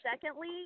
secondly